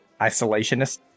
isolationist